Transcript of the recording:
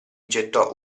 gettò